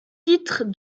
titre